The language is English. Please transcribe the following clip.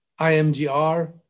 IMGR